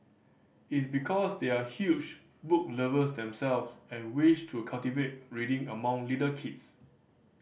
it's because they are huge book lovers themselves and wish to cultivate reading among little kids